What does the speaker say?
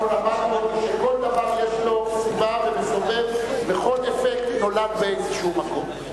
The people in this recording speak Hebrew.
אנחנו למדנו שכל דבר יש לו סיבה ומסובב וכל אפקט נולד באיזה מקום.